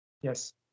Yes